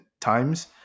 times